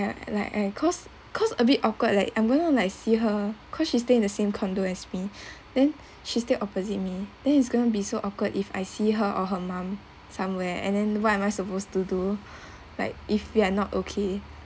like I cause cause a bit awkward like I'm going to like see her cause she stay in the same condo as me then she stay opposite me then it's gonna be so awkward if I see her or her mum somewhere and then what am I supposed to do like if we're not okay